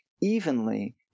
evenly